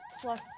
plus